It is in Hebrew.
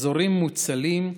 אזורים מוצלים,